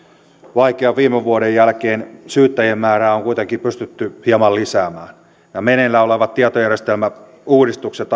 vaikean viime vuoden jälkeen syyttäjien määrää on on kuitenkin pystytty hieman lisäämään meneillään olevat tietojärjestelmäuudistukset